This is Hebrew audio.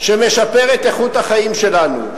שמשפר את איכות החיים שלנו,